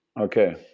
Okay